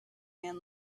man